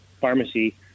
pharmacy